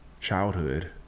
childhood